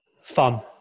Fun